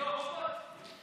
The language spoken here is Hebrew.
תחזור עוד פעם?